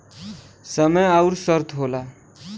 समय अउर शर्त होला